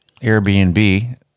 Airbnb